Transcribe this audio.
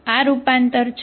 આ રૂપાંતર છે